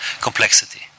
complexity